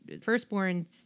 firstborn